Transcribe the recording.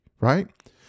right